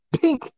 pink